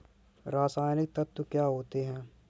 रसायनिक तत्व क्या होते हैं?